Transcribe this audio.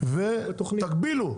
ותגבילו: